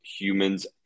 humans